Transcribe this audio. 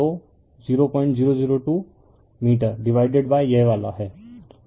तो 0002 metre divided by यह वाला हैं